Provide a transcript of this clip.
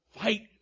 fight